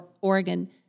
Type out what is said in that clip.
Oregon